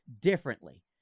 Differently